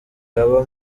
haba